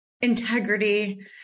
integrity